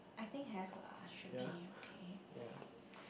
I think have lah should be okay